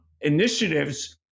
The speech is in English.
initiatives